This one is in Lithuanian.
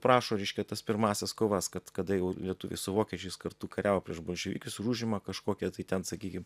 prašo reiškia tas pirmąsias kovas kad kada jau lietuviai su vokiečiais kartu kariavo prieš bolševikus ir užima kažkokią tai ten sakykim